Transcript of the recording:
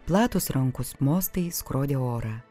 platūs rankos mostai skrodė orą